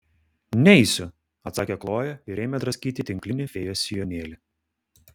neisiu atsakė kloja ir ėmė draskyti tinklinį fėjos sijonėlį